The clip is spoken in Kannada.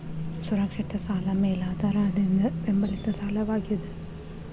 ಸುರಕ್ಷಿತ ಸಾಲ ಮೇಲಾಧಾರದಿಂದ ಬೆಂಬಲಿತ ಸಾಲವಾಗ್ಯಾದ